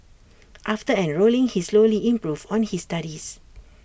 after enrolling he slowly improved on his studies